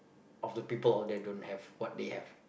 of the people of they don't have what they have